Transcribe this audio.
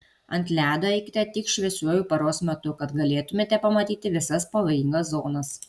ant ledo eikite tik šviesiuoju paros metu kad galėtumėte pamatyti visas pavojingas zonas